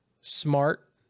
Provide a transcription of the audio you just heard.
smart